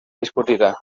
discutida